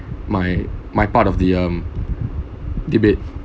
my my part of the um debate